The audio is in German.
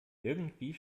irgendwie